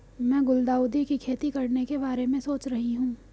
मैं गुलदाउदी की खेती करने के बारे में सोच रही हूं